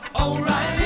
O'Reilly